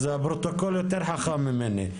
הפרוטוקול יותר חכם ממני.